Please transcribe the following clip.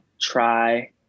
try